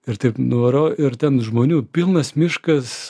ir taip nuvarau ir ten žmonių pilnas miškas